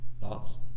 Thoughts